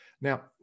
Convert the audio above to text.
Now